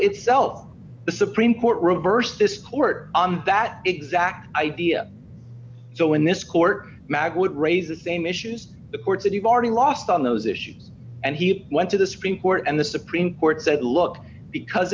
itself the supreme court reversed this court on that exact idea so in this court would raise the same issues the courts that you've already lost on those issues and he went to the supreme court and the supreme court said look because